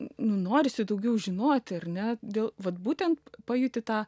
nu norisi daugiau žinoti ar ne dėl vat būtent pajunti tą